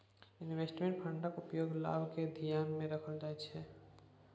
investment फंडक उपयोग लाभ केँ धियान मे राइख कय कअल जाइ छै